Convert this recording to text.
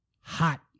Hot